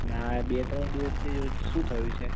ના બે ત્રણ દિવસથી શું થયું છે